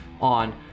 on